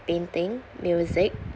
painting music